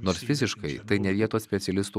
nors fiziškai tai ne vietos specialistų